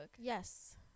Yes